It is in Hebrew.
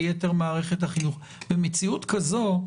ליתר מערכת החינוך במציאות כזו,